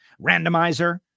randomizer